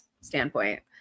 standpoint